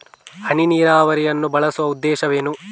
ಹನಿ ನೀರಾವರಿಯನ್ನು ಬಳಸುವ ಉದ್ದೇಶವೇನು?